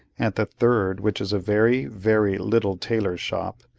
at the third, which is a very, very little tailor's shop,